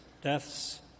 deaths